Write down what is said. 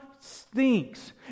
stinks